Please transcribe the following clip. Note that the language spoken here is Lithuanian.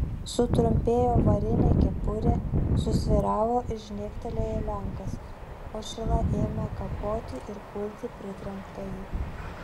sutrupėjo varinė kepurė susvyravo ir žnektelėjo lenkas o šila ėmė kapoti ir kulti pritrenktąjį